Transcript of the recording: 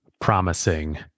promising